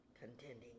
contending